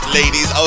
ladies